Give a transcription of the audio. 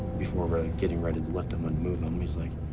before really getting ready to lift him and move him, he's like,